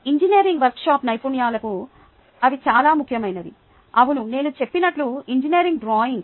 engineering workshop నైపుణ్యాలకు అవి చాలా ముఖ్యమైనవి అవును నేను చెప్పినట్లు ఇంజనీరింగ్ డ్రాయింగ్